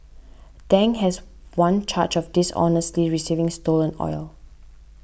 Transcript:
Dang has one charge of dishonestly receiving stolen oil